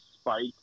Spike